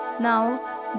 Now